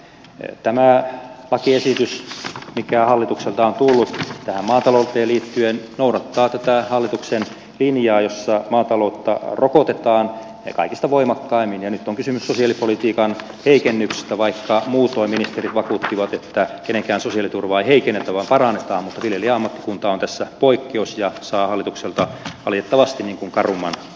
tämä lakiesitys mikä hallitukselta on tullut tähän maatalouteen liittyen noudattaa tätä hallituksen linjaa jossa maataloutta rokotetaan kaikista voimakkaimmin ja nyt on kysymys sosiaalipolitiikan heikennyksistä vaikka muutoin ministerit vakuuttivat että kenenkään sosiaaliturvaa ei heikennetä vaan parannetaan mutta viljelijöiden ammattikunta on tässä poikkeus ja saa hallitukselta valitettavasti karumman kohtelun